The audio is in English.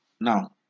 now